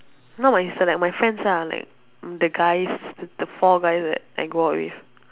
not my sister like my friends lah like the guys the four guys that that I go out with